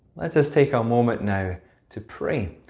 let us take a moment now to pray,